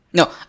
No